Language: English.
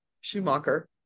Schumacher